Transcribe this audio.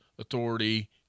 authority